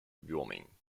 wyoming